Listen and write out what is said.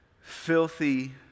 filthy